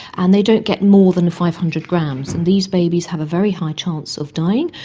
and they don't get more than five hundred grams, and these babies have a very high chance of dying,